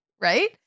right